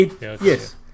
Yes